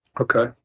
Okay